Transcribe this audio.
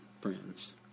friends